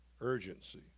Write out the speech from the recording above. urgency